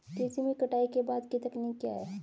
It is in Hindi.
कृषि में कटाई के बाद की तकनीक क्या है?